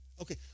Okay